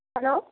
hello